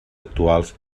actuals